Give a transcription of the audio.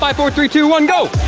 five, four, three, two, one, go!